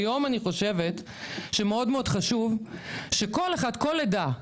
היום אני חושבת שמאוד חשוב שכל אחד, כל עדה,